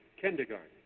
kindergarten